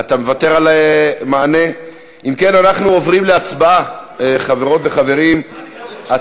על זה שחשבו שהם מגינים על הכבוד הלאומי,